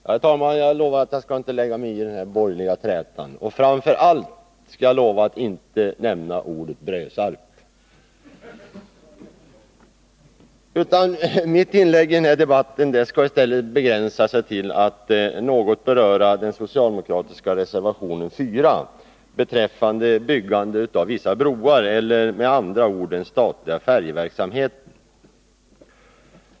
Herr talman! Jag lovar att jag inte skall lägga mig i den här borgerliga trätan, och framför allt lovar jag att inte nämna ordet Brösarp. Mitt inlägg i den här debatten skall i stället begränsa sig till att något beröra den socialdemokratiska reservationen 4 beträffande byggande av vissa broar, eller med andra ord den statliga färjeverksamheten.